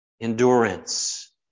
Endurance